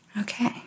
Okay